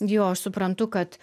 jo aš suprantu kad